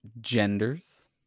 genders